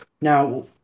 now